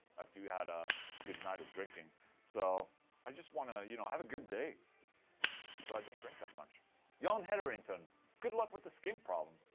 after you had a good night of drinking so i just want to you know, have a good day so i don't drink that much john hetherington good luck with the skin problem.